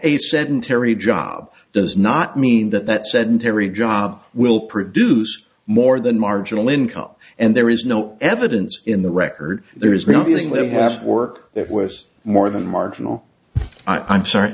a sedentary job does not mean that that said every job will produce more than marginal income and there is no evidence in the record there is revealing live half work that was more than marginal i'm sorry